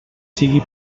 sigui